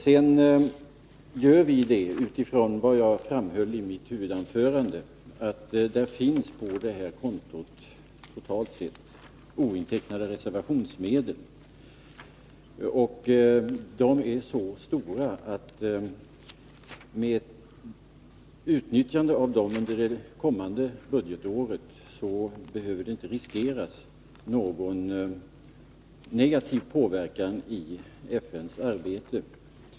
Vi gör detta — som jag framhöll i mitt huvudanförande — med utgångspunkt från att det på det här kontot totalt sett finns ointecknade reservationsmedel till så stora belopp, att man med utnyttjande av dem under det kommande budgetåret inte behöver riskera någon negativ påverkan på FN:s arbete.